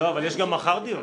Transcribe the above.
בכל זאת נתקדם.